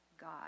God